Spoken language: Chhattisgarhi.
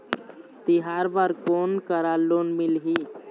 तिहार बर कोन करा लोन मिलही?